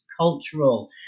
Cultural